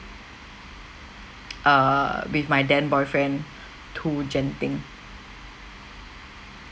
err with my then boyfriend to genting